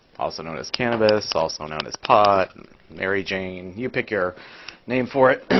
also known as cannabis. also known as pot and mary jane. you pick your name for it.